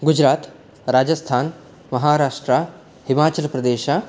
गुजरात् राजस्थान् महाराष्ट्रा हिमाचलप्रदेशः